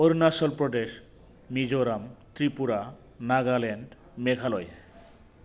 Arunachal Pradesh Mizoram Tripura Nagaland Meghalaya